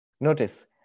notice